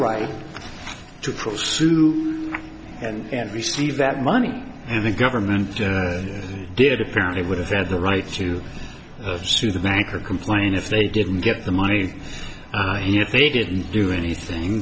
right to protest sue and receive that money and the government did apparently would have had the right to sue the bank or complain if they didn't get the money if they didn't do anything